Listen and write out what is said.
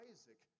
Isaac